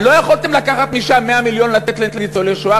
לא יכולתם לקחת משם 100 מיליון לתת לניצולי שואה?